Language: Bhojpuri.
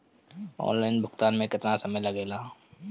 ऑनलाइन भुगतान में केतना समय लागेला?